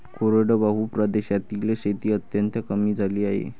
कोरडवाहू प्रदेशातील शेती अत्यंत कमी झाली आहे